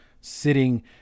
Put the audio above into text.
sitting